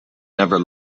never